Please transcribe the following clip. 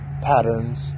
patterns